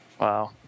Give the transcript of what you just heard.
Wow